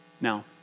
Now